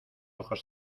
ojos